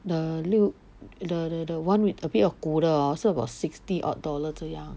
the 六 the the the one with a bit of 骨的 hor 是 about sixty odd dollars 这样